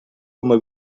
coma